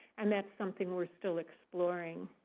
and that's something we're still exploring.